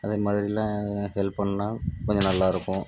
அதே மாதிரிலாம் ஹெல்ப் பண்ணால் கொஞ்சம் நல்லாயிருக்கும்